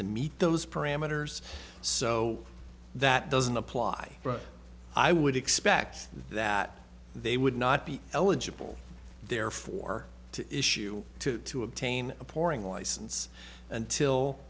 to meet those parameters so that doesn't apply but i would expect that they would not be eligible therefore to issue to obtain a pouring license until